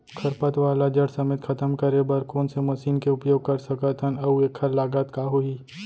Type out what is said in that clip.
खरपतवार ला जड़ समेत खतम करे बर कोन से मशीन के उपयोग कर सकत हन अऊ एखर लागत का होही?